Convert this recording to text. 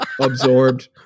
absorbed